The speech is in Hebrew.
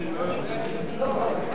מצביעים.